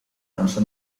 nasze